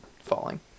falling